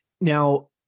now